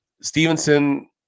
Stevenson